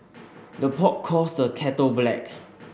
the pot calls the kettle black